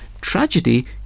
tragedy